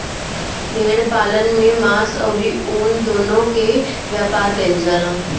भेड़ पालन से मांस अउरी ऊन दूनो के व्यापार कईल जाला